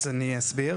אז אני אסביר.